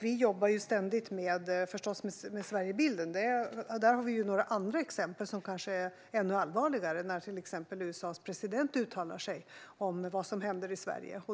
Vi jobbar förstås ständigt med Sverigebilden. På det området finns andra exempel som kanske är ännu allvarligare, till exempel när USA:s president uttalar sig om vad som händer i Sverige.